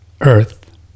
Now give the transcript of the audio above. earth